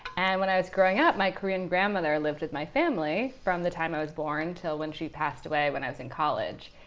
and when i was growing up, my korean grandmother lived with my family from the time i was born until when she passed away when i was in college.